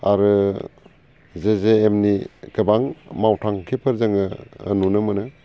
आरो J J M नि गोबां मावथांखिफोर जोङो नुनो मोनो